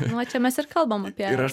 nu vat čia mes ir kalbam apie